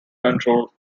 control